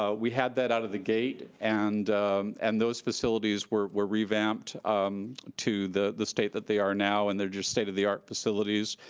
ah we had that out of gate and and those facilities were were revamped um to the the state that they are now and they're just state of the art facilities.